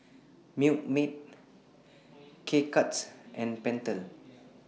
Milkmaid K Cuts and Pentel